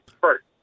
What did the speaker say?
first